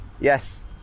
yes